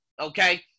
okay